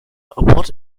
what